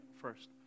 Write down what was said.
first